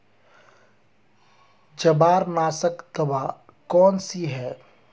जवारनाशक दवा कौन सी है?